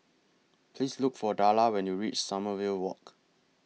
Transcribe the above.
Please Look For Darla when YOU REACH Sommerville Walk